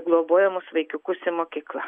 globojamus vaikiukus į mokyklą